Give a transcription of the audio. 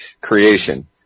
creation